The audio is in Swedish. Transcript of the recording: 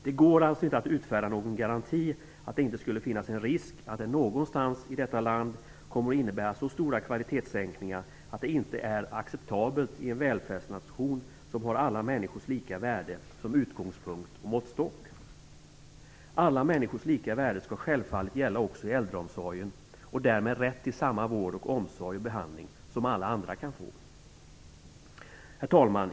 Det går alltså inte att utfärda en garanti för att risken inte skulle finnas att detta någonstans i detta land kommer att innebära så stora kvalitetssänkningar att det inte är acceptabelt i en välfärdsnation som har alla människors lika värde som utgångspunkt och måttstock. Alla människors lika värde skall självfallet också gälla inom äldreomsorgen; därmed också rätten till samma vård, omsorg och behandling som alla andra kan få.